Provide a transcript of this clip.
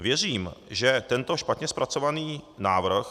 Věřím, že tento špatně zpracovaný návrh